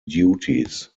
duties